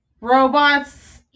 robots